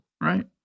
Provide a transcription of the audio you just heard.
Right